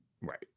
Right